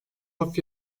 hafif